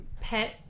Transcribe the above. pet